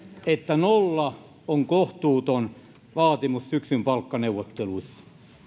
että nolla on kohtuuton vaatimus syksyn palkkaneuvotteluissa